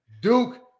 Duke